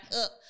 up